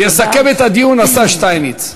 יסכם את הדיון השר שטייניץ.